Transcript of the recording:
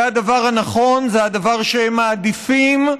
זה הדבר הנכון, זה הדבר שהם מעדיפים,